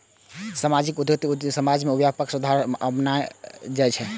सामाजिक उद्यमिताक उद्देश्य समाज मे व्यापक सुधार आननाय होइ छै